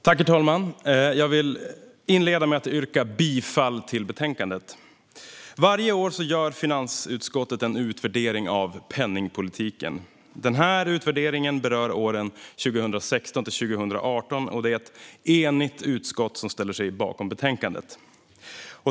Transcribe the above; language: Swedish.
Herr talman! Jag vill inleda med att yrka bifall till utskottets förslag i betänkandet. Varje år gör finansutskottet en utvärdering av penningpolitiken. Den här utvärderingen berör åren 2016-2018. Det är ett enigt utskott som ställer sig bakom betänkandet.